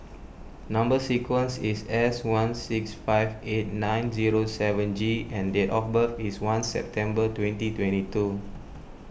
Number Sequence is S one six five eight nine zero seven G and date of birth is one September twenty twenty two